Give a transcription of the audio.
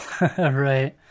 Right